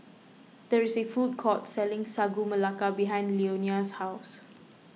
there is a food court selling Sagu Melaka behind Leonia's house